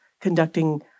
conducting